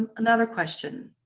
and another question.